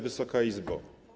Wysoka Izbo!